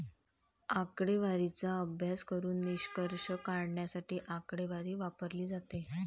आकडेवारीचा अभ्यास करून निष्कर्ष काढण्यासाठी आकडेवारी वापरली जाते